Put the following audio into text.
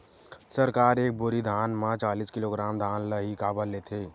सरकार एक बोरी धान म चालीस किलोग्राम धान ल ही काबर लेथे?